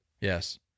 Yes